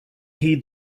heed